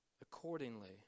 accordingly